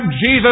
Jesus